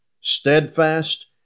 steadfast